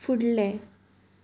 फुडलें